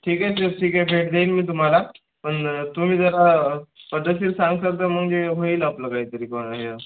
ठीक आहे सर ठीक आहे भेट देईन मी तुम्हाला पण तुम्ही जरा पद्धतशीर सांगसाल तर म्हणजे होईल आपलं काहीतरी कोण हे